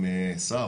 עם השר,